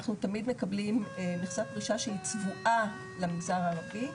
אנחנו תמיד מקבלים מכסת פרישה שהיא צבועה למגזר הערבי,